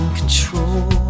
control